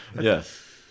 Yes